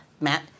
Matt